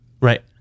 right